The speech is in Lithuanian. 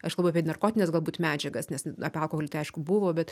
aš kalbu apie narkotines galbūt medžiagas nes apie alkoholį tai aišku buvo bet